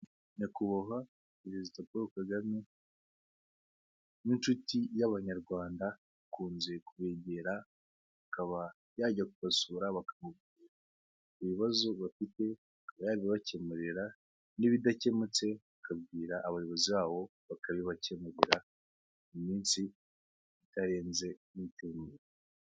Nyakubahwa perezida Paul Kagame ni inshuti y'abanyarwanda, akunze kubegera, akaba yajya kubasura bakamubwira ibibazo bafite, akaba yabibakemurira, n'ibidakemutse akabwira abayobozi babo bakabibakemurira mu iminsi itarenze n'icyumweru.